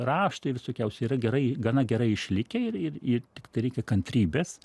raštai visokiausi yra gerai gana gerai išlikę ir ir ir tiktai reikia kantrybės